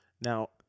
Now